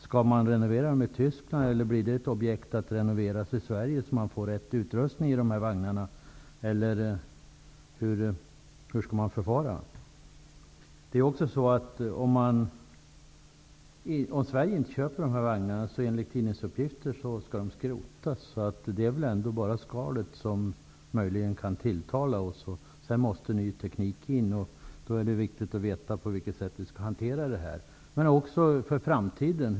Skall man renovera dem i Tyskland, eller blir det objekt att renovera i Sverige, så att vi får rätt utrustning för dessa vagnar, eller hur skall man förfara? Om Sverige inte köper dessa vagnar, skall de enligt tidningsuppgifter skrotas. Det är väl bara skalet som möjligen kan tilltala oss. Sedan måste ny teknik in. Då är det viktigt att veta på vilket sätt det här skall hanteras, med tanke på framtiden också.